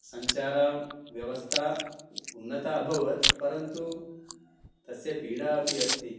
सञ्चारव्यवस्था उन्नता अभवत् परन्तु तस्य पीडा अपि अस्ति